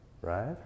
right